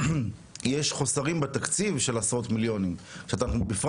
יש חוסרים בתקציב של עשרות מיליונים בפרט